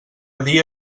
dia